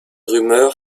rumeurs